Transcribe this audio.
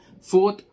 Fourth